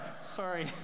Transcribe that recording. Sorry